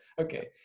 Okay